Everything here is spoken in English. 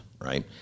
right